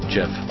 Jeff